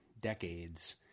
decades